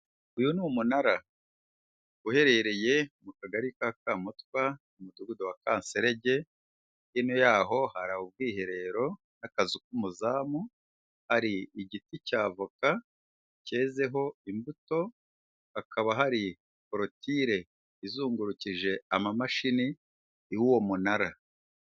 Uyu ni umunara uherereye mu kagari ka Kamutwa mu mudugudu wa Kanserege, hino yaho hari ubwiherero n'akazu k'umuzamu, hari igiti cy'avoka cyezeho imbuto, hakaba hari koroture izungurukije amamashini y'uwo munara.